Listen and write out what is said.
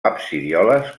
absidioles